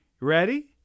Ready